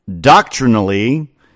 Doctrinally